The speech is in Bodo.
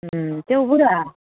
थेवबोरा